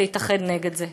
ולהתאחד נגד זה.